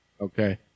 Okay